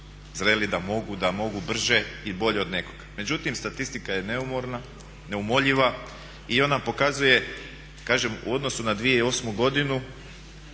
zreli da mogu, da mogu brže i bolje od nekog. Međutim, statistika je neumoljiva i ona pokazuje kažem u odnosu na 2008. godinu